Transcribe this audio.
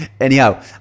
Anyhow